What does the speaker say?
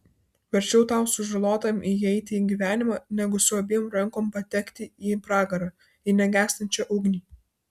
verčiau tau sužalotam įeiti į gyvenimą negu su abiem rankom patekti į pragarą į negęstančią ugnį